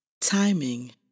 timing